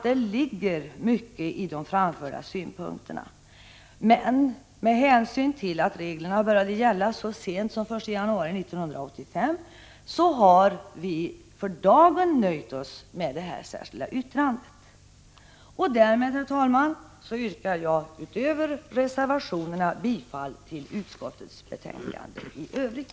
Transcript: Det ligger mycket i de framförda synpunkterna, men med hänsyn till att reglerna började gälla så sent som i januari 1985 har vi för dagen nöjt oss med detta särskilda yttrande. Därmed, herr talman, yrkar jag utöver bifall till de nämnda reservationerna bifall till utskottets hemställan i övrigt.